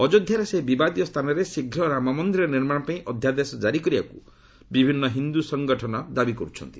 ଅଯୋଧ୍ୟାର ସେହି ବିବାଦୀୟ ସ୍ଥାନରେ ଶୀଘ୍ର ରାମମନ୍ଦିର ନିର୍ମାଣ ପାଇଁ ଅଧ୍ୟାଦେଶ ଜାରି କରିବାକୁ ବିଭିନ୍ନ ହିନ୍ଦୁ ସଂଗଠନଗୁଡ଼ିକ ଦାବି କରୁଛନ୍ତି